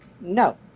no